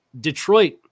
Detroit